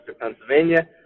Pennsylvania